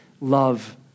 love